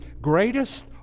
greatest